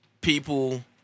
people